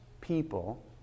people